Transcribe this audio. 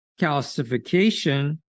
calcification